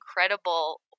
incredible